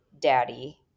daddy